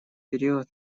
период